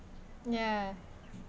ya